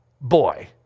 boy